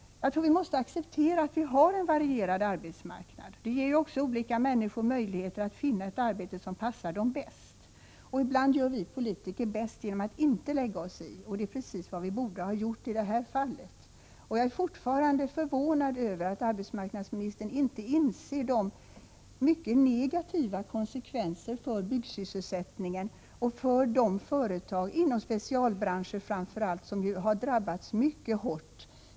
Vi måste acceptera att vi har en varierad arbetsmarknad. Det ger också olika människor möjligheter att finna ett arbete som passar dem bäst. Ibland gör vi politiker bäst i att inte lägga oss i, och det är precis vad vi borde ha tänkt på i detta fall. Jag är fortfarande förvånad över att arbetsmarknadsministern inte inser de mycket negativa konsekvenser för byggsysselsättningen och framför allt för de företag inom specialbranscher som har drabbats mycket hårt.